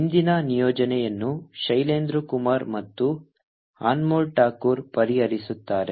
ಇಂದಿನ ನಿಯೋಜನೆಯನ್ನು ಶೈಲೇಂದ್ರ ಕುಮಾರ್ ಮತ್ತು ಅನ್ಮೋಲ್ ಠಾಕೂರ್ ಪರಿಹರಿಸುತ್ತಾರೆ